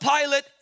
Pilate